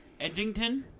Edgington